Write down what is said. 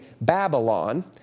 Babylon